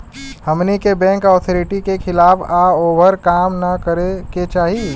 हमनी के bank authority के खिलाफ या ओभर काम न करे के चाही